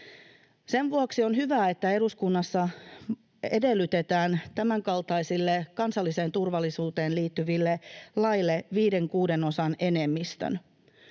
Sen vuoksi on hyvä, että eduskunnassa edellytetään tämänkaltaisille, kansalliseen turvallisuuteen liittyville laeille viiden kuudesosan enemmistöä,